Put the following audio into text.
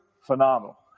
phenomenal